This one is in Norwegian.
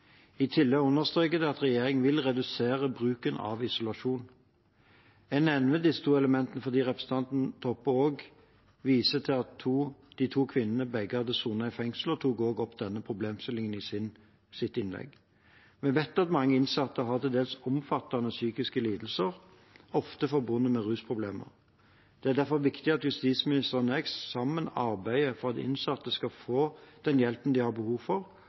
I tillegg understrekes det at regjeringen vil redusere bruken av isolasjon. Jeg nevner disse to elementene fordi representanten Toppe også viser til at begge de to kvinnene hadde sonet i fengsel, og hun tok opp denne problemstillingen i sitt innlegg. Vi vet at mange innsatte har til dels omfattende psykiske lidelser – ofte forbundet med rusproblemer. Det er derfor viktig at justisministeren og jeg sammen arbeider for at innsatte skal få den hjelpen de har behov for,